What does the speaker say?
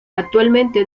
actualmente